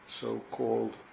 so-called